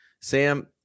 Sam